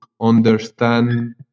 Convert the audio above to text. understand